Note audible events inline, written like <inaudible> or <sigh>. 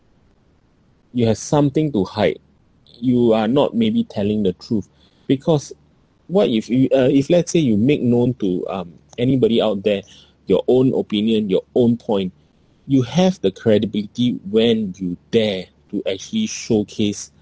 you have something to hide you are not maybe telling the truth because what if you uh if let's say you make known to um anybody out there <breath> your own opinion your own point you have the credibility when you dare to actually showcase